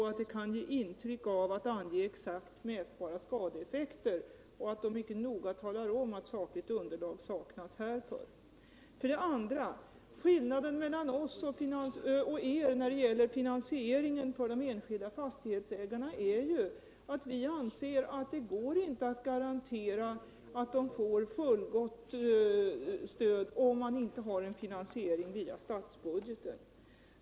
att det kan ge intryck av att ange exakt mätbara skadeeffekter, och att man mycket noga talar om att sakligt underlag saknas härför. För det andra är ju skillnaden mellan oss och er när det gäller finansieringen för de enskilda fastighetsägarna att vi anser att det inte går att garantera att de får fullgott stöd, om man inte har en finansiering via statsbudgeten.